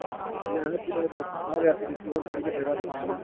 ते सनाओ रियासी डिस्ट्रिक च होर केहड़ी केहड़ी जगह् दिक्खने आह्लियां